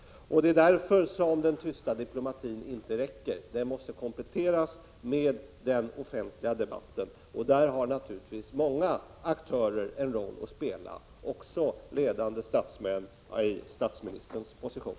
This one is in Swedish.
Det är därför som den tysta diplomatin inte räcker; den måste kompletteras med den offentliga debatten. Där har naturligtvis många aktörer en roll att spela — också ledande statsmän i statsministerns position.